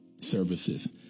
services